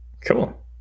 cool